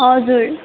हजुर